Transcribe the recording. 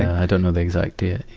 i don't know the exact yeah